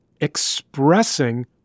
expressing